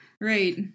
Right